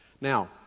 Now